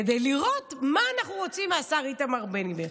כדי לראות מה אנחנו רוצים מהשר איתמר בן גביר.